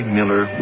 Miller